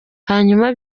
hanyuma